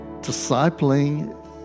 discipling